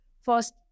first